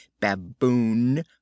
Baboon